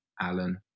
Alan